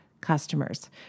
customers